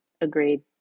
Agreed